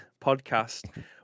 podcast